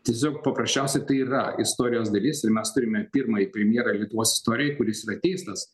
tiesiog paprasčiausiai tai yra istorijos dalis ir mes turime pirmąjį premjerą lietuvos istorijoj kuris yra teistas